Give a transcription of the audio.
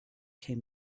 came